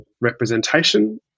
representation